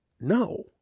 No